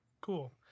cool